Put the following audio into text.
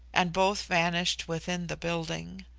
and both vanished within the building.